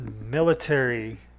military